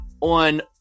on